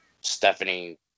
Stephanie